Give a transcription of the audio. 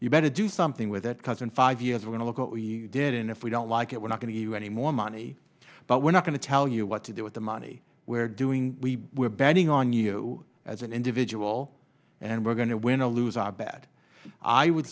you better do something with it doesn't five years ago look what we did and if we don't like it we're not going to you any more money but we're not going to tell you what to do with the money we're doing we were betting on you as an individual and we're going to win or lose our bad i would